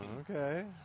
okay